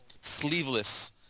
sleeveless